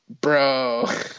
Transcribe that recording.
bro